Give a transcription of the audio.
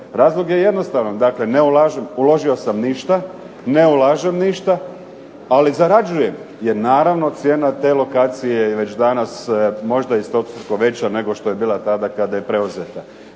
Razlog je jednostavan, dakle ne ulaže, uložio sam ništa, ne ulažem ništa, ali zarađujem, jer naravno cijena te lokacije je već danas stostruko veća nego što je bila tada kada je preuzeta.